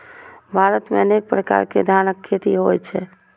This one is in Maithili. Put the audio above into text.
भारत मे अनेक प्रकार के धानक खेती होइ छै